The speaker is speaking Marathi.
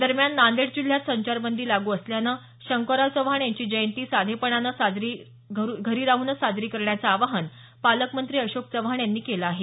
दरम्यान नांदेड जिल्ह्यात संचारबंदी लागू असल्यानं शंकरराव चव्हाण यांची जयंती साधेपणानं घरीच राहून साजरी करण्याचं आवाहन पालकमंत्री अशोक चव्हाण यांनी केल आहे